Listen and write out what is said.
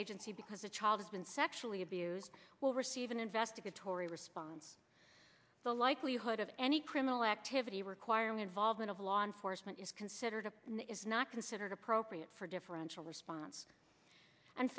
agency because a child has been sexually abused will receive an investigatory response the likelihood of any criminal activity requirement valving of law enforcement is considered a and is not considered appropriate for differential response and